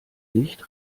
nicht